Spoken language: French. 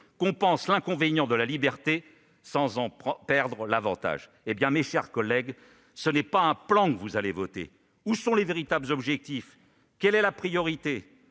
compense l'inconvénient de la liberté sans en perdre l'avantage. » Eh bien, mes chers collègues, ce n'est pas un plan que vous allez voter ! Où sont les véritables objectifs ? Quelle est la priorité ?